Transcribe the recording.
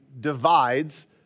divides